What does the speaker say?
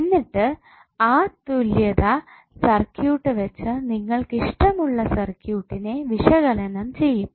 എന്നിട്ട് ആ തുല്യത സർക്യൂട്ട് വെച്ച് നിങ്ങൾക്കിഷ്ടമുള്ള സർക്യൂട്ട്നെ വിശകലനം ചെയ്യും